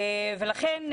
ולכן,